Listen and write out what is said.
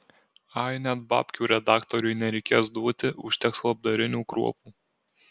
ai net babkių redaktoriui nereikės duoti užteks labdarinių kruopų